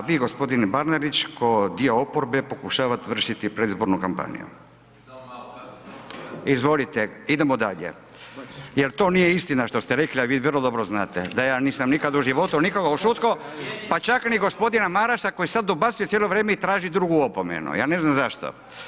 A vi gospodine Bernardić kao dio oporbe pokušavate vršiti predizbornu kampanju. ... [[Upadica se ne čuje.]] Izvolite, idemo dalje, jer to nije istina što ste rekli a vi vrlo dobro znate da ja nisam nikad u životu nikoga ušutkao pa čak ni …... [[Upadica se ne čuje.]] gospodina Marasa koji sad dobacuje cijelo vrijeme i traži drugu opomenu a ja ne znam zašto.